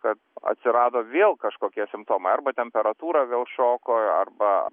kad atsirado vėl kažkokie simptomai arba temperatūra vėl šoko arba